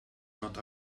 not